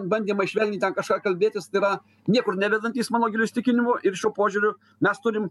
bandymai švelniai ten kažką kalbėtis tai yra niekur nevedantys mano giliu įsitikinimu ir šiuo požiūriu mes turim